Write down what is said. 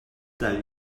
that